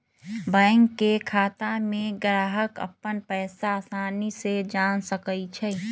bank के खाता में ग्राहक अप्पन पैसा असानी से जान सकई छई